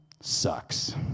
sucks